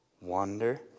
wander